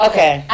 Okay